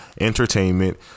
Entertainment